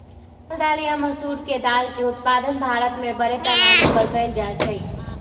लाल दाल या मसूर के दाल के उत्पादन भारत में बड़े पैमाने पर कइल जा हई